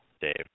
Dave